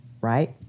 right